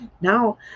now